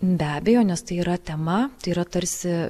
be abejo nes tai yra tema tai yra tarsi